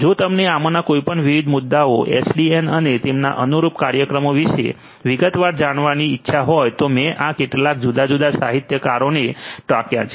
જો તમને આમાંના કોઈપણ વિવિધ મુદ્દાઓ એસડીએન અને તેમના અનુરૂપ કાર્યક્રમો વિશે વિગતવાર જાણવાની ઇચ્છા હોય તો મેં આ કેટલાક જુદા જુદા સાહિત્યકારોને ટાંક્યા છે